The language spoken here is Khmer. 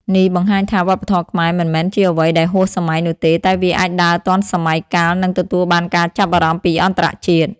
នេះបង្ហាញថាវប្បធម៌ខ្មែរមិនមែនជាអ្វីដែលហួសសម័យនោះទេ តែវាអាចដើរទាន់សម័យកាលនិងទទួលបានការចាប់អារម្មណ៍ពីអន្តរជាតិ។